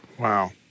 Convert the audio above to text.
wow